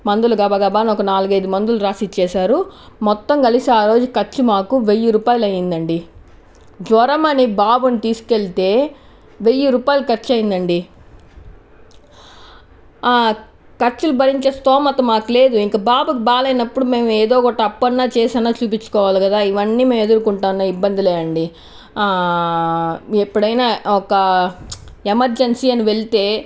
మందులు గబగబా ఒక నాలుగు ఐదు మందులు రాసి ఇచ్చేశారు మొత్తం కలిసే ఆరోజు ఖర్చు మాకు వెయ్యి రూపాయలు అయింది అండి జ్వరం అని నీ బాబుని తీసుకెళ్తే వెయ్యి రూపాయలు ఖర్చు అయిందండి ఖర్చులు భరించే స్తోమత మాకు లేదు ఇంకా బాబుకి బాగాలేనప్పుడు మేము ఏదో ఒకటి అప్పన్న చేసి అయినా చూపించుకోవాలి కదా ఇవన్నీ మేము ఎదుర్కొంటున్న ఇబ్బందులేనండి ఎప్పుడైనా ఒక ఎమర్జెన్సీ అని వెళ్తే